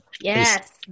yes